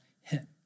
hit